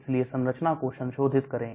इसकी संरचना को संशोधित करें